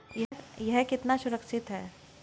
यह कितना सुरक्षित है?